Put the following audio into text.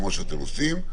כמו שאתם עושים,